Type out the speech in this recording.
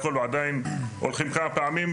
ועדיין הולכים כמה פעמים,